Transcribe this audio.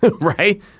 right